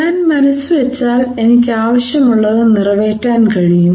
ഞാൻ മനസ് വച്ചാൽ എനിക്ക് ആവശ്യമുള്ളത് നിറവേറ്റാൻ കഴിയും